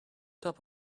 top